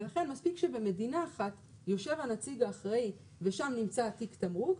ולכן מספיק שבמדינה אחת יושב הנציג האחראי ושם נמצא תיק התמרוק,